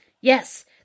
Yes